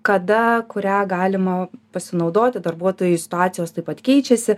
kada kurią galima pasinaudoti darbuotojų situacijos taip pat keičiasi